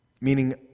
meaning